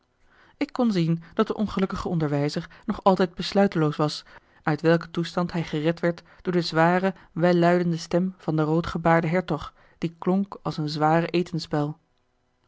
ik kon zien dat de ongelukkige onderwijzer nog altijd besluiteloos was uit welken toestand hij gered werd door de zware welluidende stem van den roodgebaarden hertog die klonk als een zware